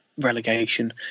relegation